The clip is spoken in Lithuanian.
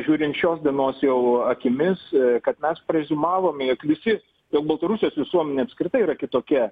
žiūrint šios dienos jau akimis kad mes preziumavom jog visi jog baltarusijos visuomenė apskritai yra kitokia